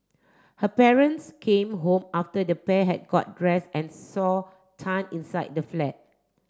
her parents came home after the pair had got dress and saw Tan inside the flat